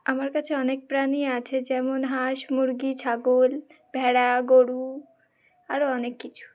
আমার কাছে অনেক প্রাণী আছে যেমন হাঁস মুরগি ছাগল ভেড়া গরু আরও অনেক কিছু